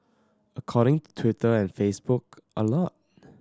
according to Twitter and Facebook a lot